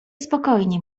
spokojnie